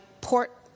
port